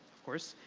of course.